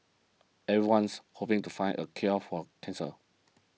everyone's hoping to find a cure for cancer